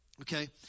Okay